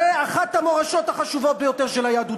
זה אחת המורשות החשובות ביותר של היהדות.